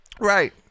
Right